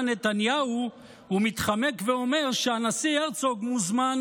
נתניהו הוא מתחמק ואומר שהנשיא הרצוג מוזמן,